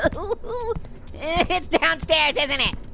ah it's downstairs, isn't it?